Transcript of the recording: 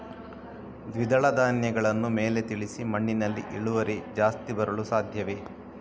ದ್ವಿದಳ ಧ್ಯಾನಗಳನ್ನು ಮೇಲೆ ತಿಳಿಸಿ ಮಣ್ಣಿನಲ್ಲಿ ಇಳುವರಿ ಜಾಸ್ತಿ ಬರಲು ಸಾಧ್ಯವೇ?